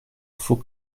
faut